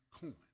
coin